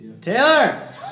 Taylor